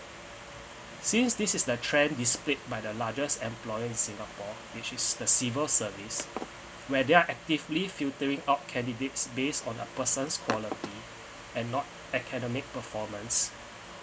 since this is the trend displayed by the largest employer in singapore which is the civil service where they are actively filtering out candidates based on a person's quality and not academic performance